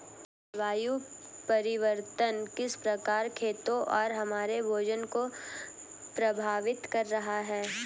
जलवायु परिवर्तन किस प्रकार खेतों और हमारे भोजन को प्रभावित कर रहा है?